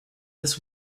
this